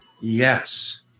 Yes